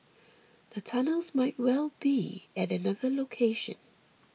the tunnels might well be at another location